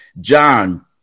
John